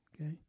Okay